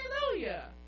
Hallelujah